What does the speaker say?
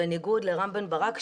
בניגוד לרם בן ברק,